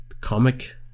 comic